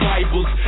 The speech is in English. Bibles